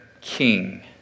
king